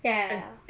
ya